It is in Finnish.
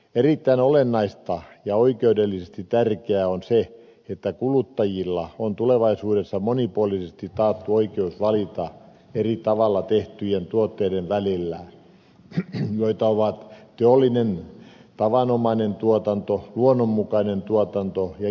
erittäin olennaista ja oikeudellisesti tärkeää on se että kuluttajilla on tulevaisuudessa monipuolisesti taattu oikeus valita eri tavalla tehtyjen tuotteiden välillä joita ovat teollinen tavanomainen tuotanto luonnonmukainen tuotanto ja geenimuunneltujen tuotanto